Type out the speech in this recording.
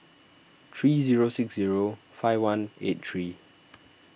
three zero six zero five one eight three